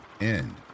end